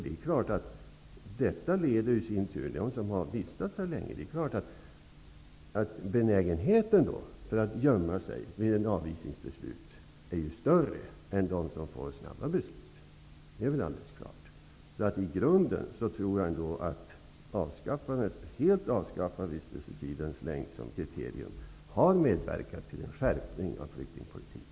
Det är klart att benägenheten för att gömma sig hos dem som ha vistats en längre tid här vid ett avvisningsbeslut blir större än för dem som får snabba beslut. Det är väl alldeles klart. I grunden tror jag att ett helt avskaffande av vistelsetidens längd som ett kriterium har medverkat till en skärpning av flyktingpolitiken.